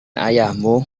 ayahmu